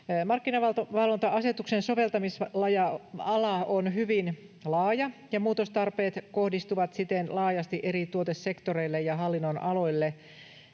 Markkinavalvonta-asetuksen soveltamisala on hyvin laaja, ja muutostarpeet kohdistuvat siten laajasti eri tuotesektoreille ja hallinnonaloille.